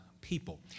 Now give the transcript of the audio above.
people